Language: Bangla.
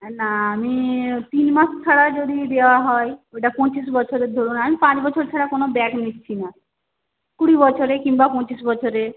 না আমি তিন মাস ছাড়া যদি দেওয়া হয় ওটা পঁচিশ বছরের ধরুন আমি পাঁচ বছর ছাড়া কোনও ব্যাক নিচ্ছি না কুড়ি বছরে কিংবা পঁচিশ বছরে